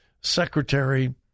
Secretary